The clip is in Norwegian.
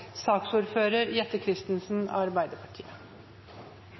saksordfører Jette